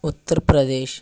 Uttar Pradesh